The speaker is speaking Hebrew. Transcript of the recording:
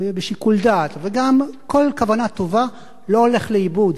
בשיקול דעת, וגם כל כוונה טובה, לא הולכים לאיבוד.